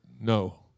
No